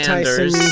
Tyson